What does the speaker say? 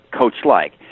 coach-like